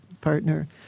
partner